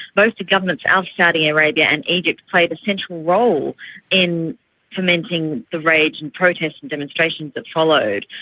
both the governments of saudi arabia and egypt played a central role in fomenting the rage and protests and demonstrations that followed.